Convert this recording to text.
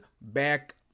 back